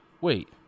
Wait